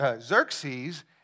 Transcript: Xerxes